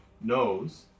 knows